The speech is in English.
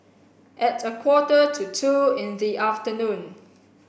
at a quarter to two in the afternoon